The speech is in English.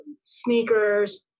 sneakers